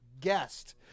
guest